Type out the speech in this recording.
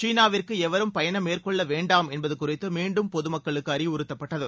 சீனாவிற்கு எவரும் பயணம் மேற்கொள்ள வேண்டாம் என்பது குறித்து மீண்டும் பொதுமக்களுக்கு அறிவுறுத்தப்பட்டது